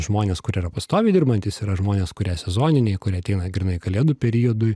žmonės kurie yra pastoviai dirbantys yra žmonės kurie sezoniniai kurie ateina grynai kalėdų periodui